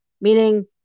meaning